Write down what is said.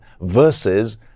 versus